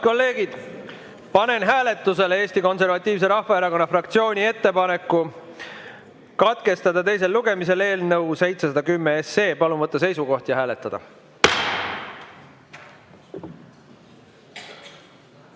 kolleegid, panen hääletusele Eesti Konservatiivse Rahvaerakonna fraktsiooni ettepaneku katkestada eelnõu 710 teine lugemine. Palun võtta seisukoht ja hääletada!